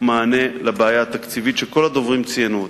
מענה לבעיה התקציבית, שכל הדוברים ציינו אותה.